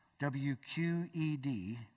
WQED